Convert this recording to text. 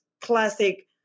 classic